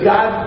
God